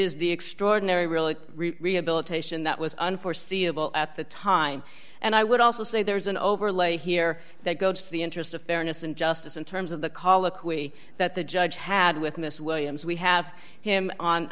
is the extraordinary really rehabilitation that was unforeseeable at the time and i would also say there's an overlay here that goes to the interest of fairness and justice in terms of the colloquy that the judge had with miss williams we have him on